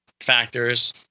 factors